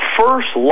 first